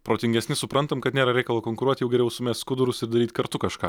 protingesni suprantam kad nėra reikalo konkuruot jau geriau sumest skudurus ir daryt kartu kažką